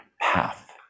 path